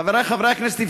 חברי חברי הכנסת,